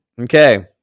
okay